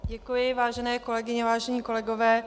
Děkuji, vážené kolegyně, vážení kolegové.